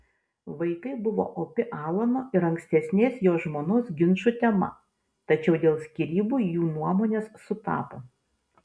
vaikai buvo opi alano ir ankstesnės jo žmonos ginčų tema tačiau dėl skyrybų jų nuomonės sutapo